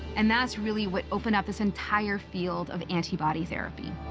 and that's really what opened up this entire field of antibody therapy.